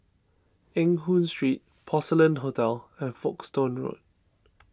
Eng Hoon Street Porcelain Hotel and Folkestone Road